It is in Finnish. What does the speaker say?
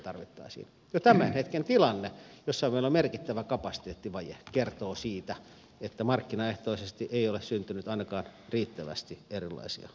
jo tämän hetken tilanne jossa meillä on merkittävä kapasiteettivaje kertoo siitä että markkinaehtoisesti ei ole syntynyt ainakaan riittävästi erilaisia hankkeita